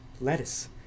Lettuce